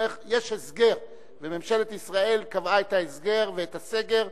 יש הסגר, וממשלת ישראל קבעה את ההסגר ואת הסגר